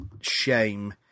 shame